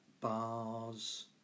bars